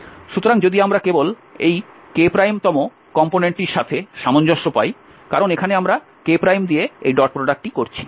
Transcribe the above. সুতরাং যদি আমরা কেবল এই k তম কম্পোনেন্টটির সাথে সামঞ্জস্য পাই কারণ এখানে আমরা k দিয়ে এই ডট প্রোডাক্টটি করছি